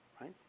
Right